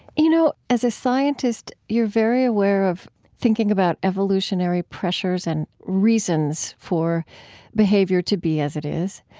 you know as a scientist, you're very aware of thinking about evolutionary pressures and reasons for behavior to be as it is,